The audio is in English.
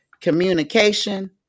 communication